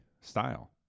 style